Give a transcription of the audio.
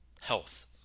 health